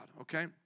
okay